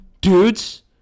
Dudes